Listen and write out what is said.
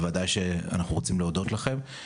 בוודאי שאנחנו רוצים להודות לכם.